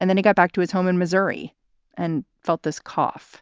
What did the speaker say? and then he got back to his home in missouri and felt this cough,